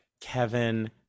Kevin